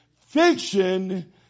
Fiction